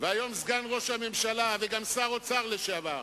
והיום סגן ראש הממשלה וגם שר האוצר לשעבר,